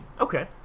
Okay